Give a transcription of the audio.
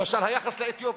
למשל היחס לאתיופים.